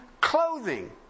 clothing